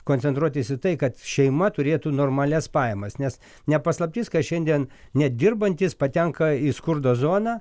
koncentruotis į tai kad šeima turėtų normalias pajamas nes ne paslaptis kad šiandien nedirbantys patenka į skurdo zoną